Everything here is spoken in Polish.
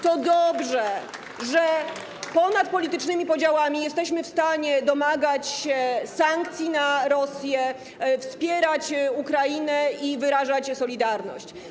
To dobrze, że ponad politycznymi podziałami jesteśmy w stanie domagać się nałożenia sankcji na Rosję, wspierać Ukrainę i wyrażać solidarność.